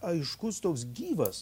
aiškus toks gyvas